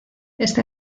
este